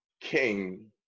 king